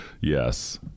Yes